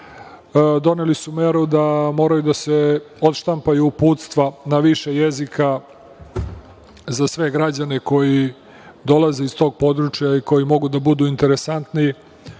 Doneli su meru da moraju da se odštampaju uputstva na više jezika za sve građane koji dolaze iz tog područja i koji mogu da budu interesantni.